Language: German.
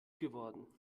geworden